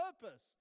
purpose